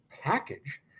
package